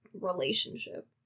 relationship